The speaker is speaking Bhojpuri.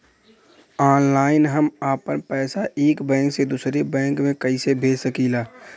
ऑनलाइन हम आपन पैसा एक बैंक से दूसरे बैंक में कईसे भेज सकीला?